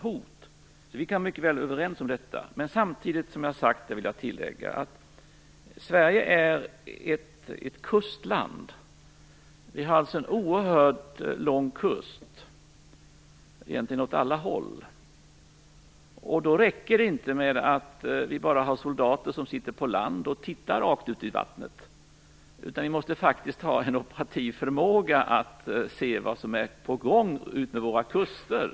Detta kan vi vara överens om. Jag vill tillägga att Sverige är ett kustland. Vår kust är oerhört lång åt alla håll. Därför räcker det inte att bara ha soldater som sitter på land och tittar rakt ut i vattnet, utan det måste faktiskt finnas en operativ förmåga att se vad som är på gång utmed våra kuster.